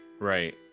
Right